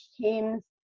teams